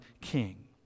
king